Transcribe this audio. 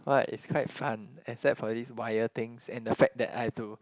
what it's quite fun except for this wire things and the fact that I do